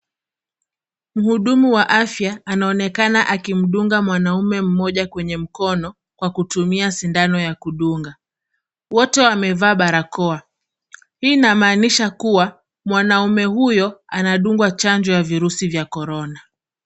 Mhudumu wa afya, anaonekana akimdunga mwanaume mmoja kwenye mkono, kwa kutumia sindano ya kudunga. Wote wamevaa barakoa. Hii inamaanisha kuwa mwanaume huyo anadungwa chanjo ya virusi vya korona.